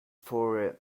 for